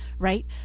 Right